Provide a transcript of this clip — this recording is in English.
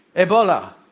ebola.